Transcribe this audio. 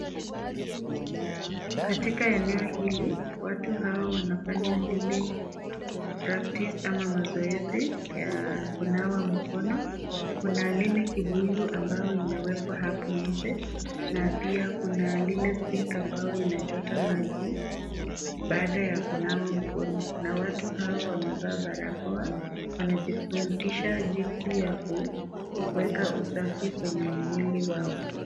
Katika eneo hili, watu hawa wanafanya lile practice ama mazoezi ya kunawa mkono, kuna lile kibuyu ambayo imewekwa hapo nje na pia kuna lile sink ambayo inachota maji baada ya kunawa mkono na watu hao wamevaa barakoa, wanajifundisha jinsi ya kuweka usafi kwenye mwili wao.